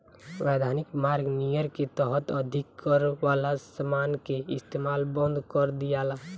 वैधानिक मार्ग नियर के तहत अधिक कर वाला समान के इस्तमाल बंद कर दियाला